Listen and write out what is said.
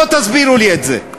בואו תסבירו לי את זה.